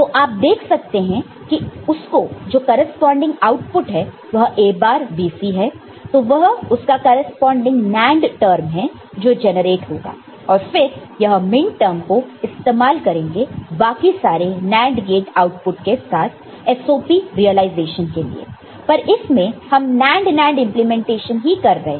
तो आप देख सकते हैं कि उसका जो करेस्पॉन्डिंग आउटपुट है वह A बार B C है तो वह उसका करेस्पॉन्डिंग NAND टर्म है जो जनरेट होगा और फिर यह मिनटर्म को इस्तेमाल करेंगे बाकी सारे NAND गेट आउटपुट के साथ SOP रिलाइजेशन के लिए पर इसमें हम NAND NAND इंप्लीमेंटेशन ही कर रहे हैं